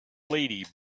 lady